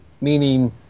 Meaning